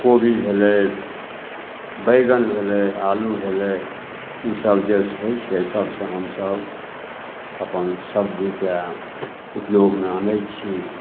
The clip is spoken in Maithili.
कोबी भेलै बैगन भेलै आलू भेलै ईसब जे छै से सबसँ हमसब अपन सब्जीके ऊपयोगमे आनै छी